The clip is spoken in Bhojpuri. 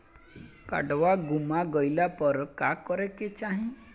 काडवा गुमा गइला पर का करेके चाहीं?